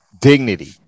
dignity